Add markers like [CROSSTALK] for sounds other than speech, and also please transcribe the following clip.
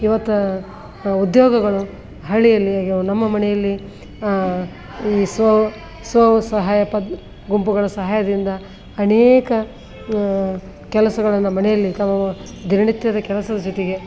ಇವತ್ತು ಉದ್ಯೋಗಗಳು ಹಳ್ಳಿಯಲ್ಲಿ ಈಗ ನಮ್ಮ ಮನೆಯಲ್ಲಿ ಈ ಸ್ವ ಸಹಾಯ ಪ ಗುಂಪುಗಳ ಸಹಾಯದಿಂದ ಅನೇಕ ಕೆಲಸಗಳನ್ನು ಮನೆಯಲ್ಲಿ [UNINTELLIGIBLE] ದಿನನಿತ್ಯದ ಕೆಲಸದ ಜೊತೆಗೆ